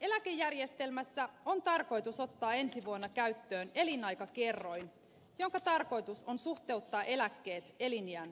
eläkejärjestelmässä on tarkoitus ottaa ensi vuonna käyttöön elinaikakerroin jonka tarkoitus on suhteuttaa eläkkeet eliniän pitenemiseen